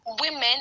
women